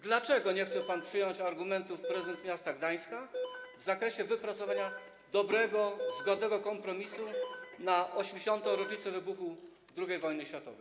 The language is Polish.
Dlaczego nie chciał pan przyjąć argumentów prezydent miasta Gdańska w zakresie wypracowania dobrego, uzgodnionego kompromisu na 80. rocznicę wybuchu II Wojny Światowej?